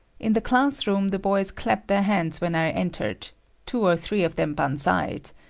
in the class room, the boys clapped their hands when i entered two or three of them banzaied.